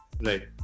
Right